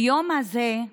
ביום הזה,